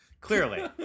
Clearly